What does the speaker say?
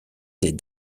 des